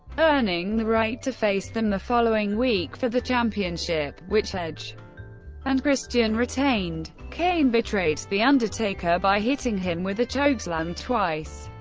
earning the right to face them the following week for the championship, which edge and christian retained. kane betrayed the undertaker by hitting him with a chokeslam twice,